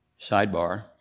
Sidebar